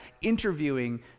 interviewing